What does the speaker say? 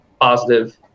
positive